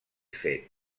fet